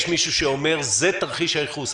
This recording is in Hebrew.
יש מישהו שאומר: זה תרחיש הייחוס,